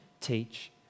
teach